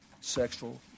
sexual